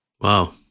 Wow